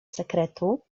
sekretu